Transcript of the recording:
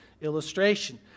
illustration